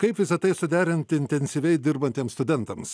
kaip visa tai suderinti intensyviai dirbantiems studentams